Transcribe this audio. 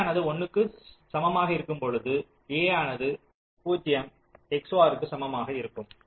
a ஆனது 1 க்கு சமமாக இருக்கும் பொழுது a ஆனது 0 XOR க்கு சமமாகும்